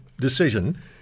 decision